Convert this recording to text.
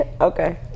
okay